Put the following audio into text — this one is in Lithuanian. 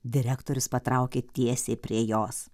direktorius patraukė tiesiai prie jos